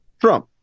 Trump